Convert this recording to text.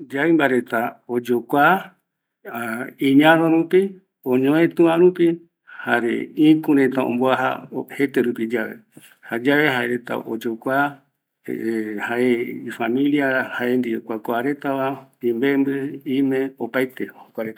Yaimba reta oyokua iñaro rupi, oñoetu yave, iküpe oyoere reta yave, jayave jaereta oyokua, imembɨ, isɨ, ime rakova, jayae jereta oyokua